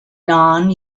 non